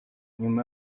nyuma